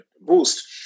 boost